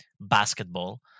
basketball